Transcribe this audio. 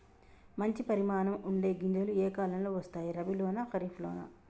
మంచి పరిమాణం ఉండే గింజలు ఏ కాలం లో వస్తాయి? రబీ లోనా? ఖరీఫ్ లోనా?